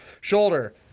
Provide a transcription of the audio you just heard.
Shoulder